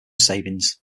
savings